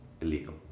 illegal